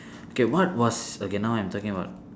okay what was okay now I'm talking about